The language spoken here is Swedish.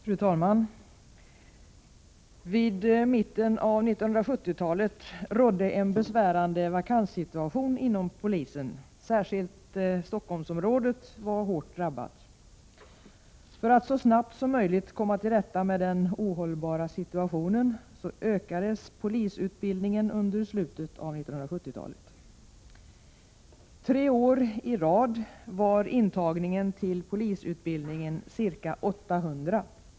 Fru talman! Vid mitten av 1970-talet rådde en besvärande vakanssituation inom polisen. Särskilt Stockholmsområdet var hårt drabbat. För att så snabbt som möjligt komma till rätta med den ohållbara situationen ökades polisutbildningen under slutet av 1970-talet. Tre år i rad var intagningsantalet till polisutbildning ca 800.